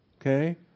Okay